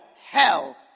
hell